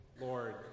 Lord